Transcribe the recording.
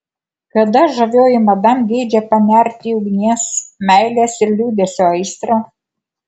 kada žavioji madam geidžia panerti į ugnies meilės ir liūdesio aistrą